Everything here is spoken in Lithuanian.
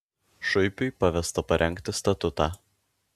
šuipiui pavesta parengti statutą